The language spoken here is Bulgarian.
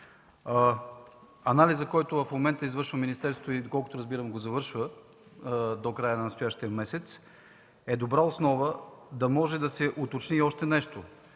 Анализът, който в момента извършва министерството и, до колкото разбирам, го завършва до края на настоящия месец, е добра основа да може да се уточни и още нещо.